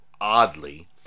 oddly